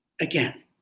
Again